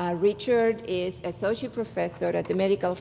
ah richard is associate professor at at the medical